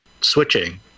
switching